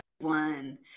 one